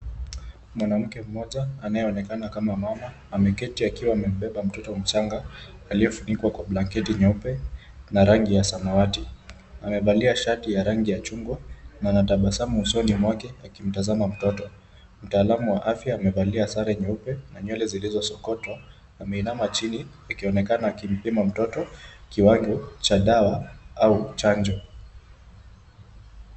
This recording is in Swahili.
Mwanamke mmoja anayeonekana kama mama ameketi akiwa amebeba mtoto mchanga aliyefunikwa kwa blanketi nyeupe na rangi ya samawati. Amevalia shati ya rangi ya chungwa na ana tabasamu usoni mwake akimtazama mtoto. Mtaalamu wa afya amevalia sare nyeupe na nywele zilizosokotwa ameinama chini akionekana akimpima mtoto kiwango cha dawa au chanjo.